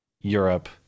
Europe